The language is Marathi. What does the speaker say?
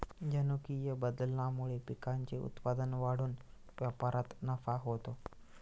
जनुकीय बदलामुळे पिकांचे उत्पादन वाढून व्यापारात नफा होतो